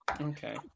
Okay